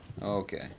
Okay